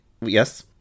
Yes